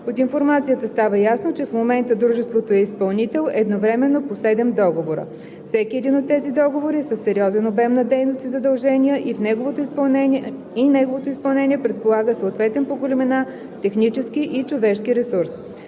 От информацията става ясно, че в момента дружеството е изпълнител едновременно по седем договора. Всеки един от тези договори е със сериозен обем на дейност и задължения и неговото изпълнение предполага съответен по големина технически и човешки ресурс.